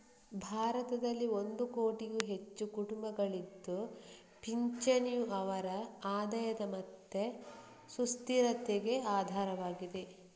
ಭಾರತದಲ್ಲಿ ಒಂದು ಕೋಟಿಗೂ ಹೆಚ್ಚು ಕುಟುಂಬಗಳಿದ್ದು ಪಿಂಚಣಿಯು ಅವರ ಆದಾಯ ಮತ್ತೆ ಸುಸ್ಥಿರತೆಗೆ ಆಧಾರವಾಗಿದೆ